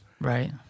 Right